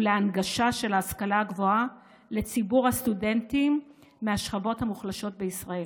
ולהנגשה של ההשכלה הגבוהה לציבור הסטודנטים מהשכבות המוחלשות בישראל.